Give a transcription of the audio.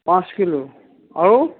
পাঁচ কিলো আৰু